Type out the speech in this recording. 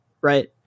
Right